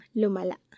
lumala